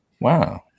Wow